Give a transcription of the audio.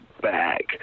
back